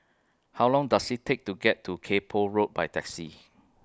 How Long Does IT Take to get to Kay Poh Road By Taxi